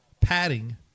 padding